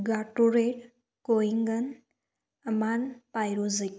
Gatorade कोइंगन अमान पायरोजी